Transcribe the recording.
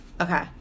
Okay